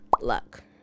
luck